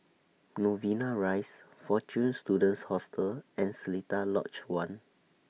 Novena Rise Fortune Students Hostel and Seletar Lodge one